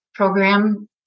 program